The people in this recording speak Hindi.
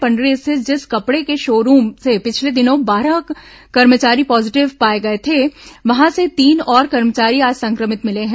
पंडरी स्थित जिस कपड़े के शो रूम से पिछले दिनों बारह कर्मचारी पॉजीटिव पाए गए थे वहां के तीन और कर्मचारी आज संक्रमित मिले हैं